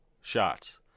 shots